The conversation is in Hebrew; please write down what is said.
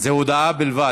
הכנסת, קריאה ראשונה.